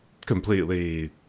completely